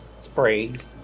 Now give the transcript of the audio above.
sprays